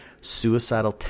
suicidal